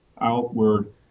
outward